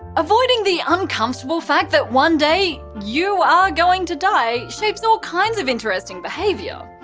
avoiding the uncomfortable fact that one day, you are going to die, shapes all kinds of interesting behaviour.